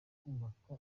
kubaka